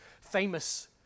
famous